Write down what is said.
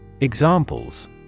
Examples